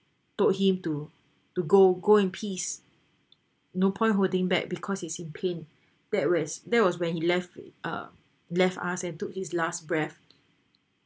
told him to to go go in peace no point holding back because he's in pain that where's that was when he left uh left us and took his last breath